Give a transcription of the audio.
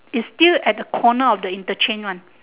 is still at the corner of the interchange one